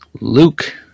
Luke